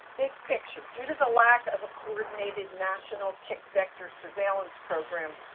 big picture. due to the lack of a coordinated national tick-vector surveillance program,